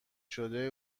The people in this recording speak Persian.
شده